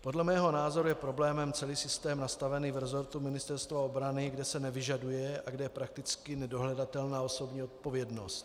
Podle mého názoru je problémem celý systém nastavený v resortu Ministerstva obrany, kde se nevyžaduje a kde je prakticky nedohledatelná osobní odpovědnost.